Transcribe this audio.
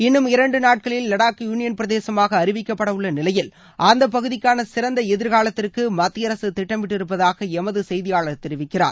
இன்னும் இரண்டு நாட்களில் லடாக் யூனியன் பிரதேசமாக அறிவிக்கப்படவுள்ள நிலையில் அந்தப் பகுதிக்கான சிறந்த எதிர்காலத்திற்கு மத்திய அரசு திட்டமிட்டிருப்பதாக எமது செய்தியாளர் தெரிவிக்கிறார்